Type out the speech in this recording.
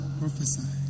prophesy